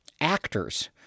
actors